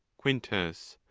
quintus.